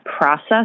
process